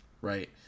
right